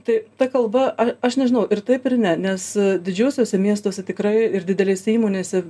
tai ta kalba a aš nežinau ir taip ir ne nes didžiuosiuose miestuose tikrai ir didelėse įmonėse